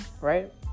right